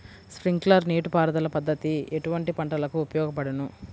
Sprinkler నీటిపారుదల పద్దతి ఎటువంటి పంటలకు ఉపయోగపడును?